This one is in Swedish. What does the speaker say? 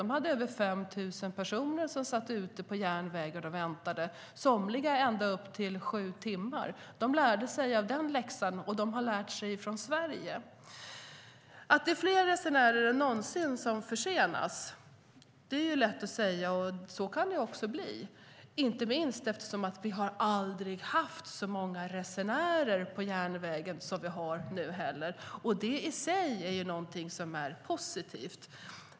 De hade över 5 000 personer som fanns ute på järnvägen och väntade, somliga ända upp till sju timmar. De lärde sig av den läxan och har lärt sig från Sverige. Att det är fler resenärer är någonsin som försenas är lätt att säga. Så kan det också bli, inte minst eftersom vi aldrig har haft så många resenärer på järnvägen som vi har nu. Det i sig är något som är positivt.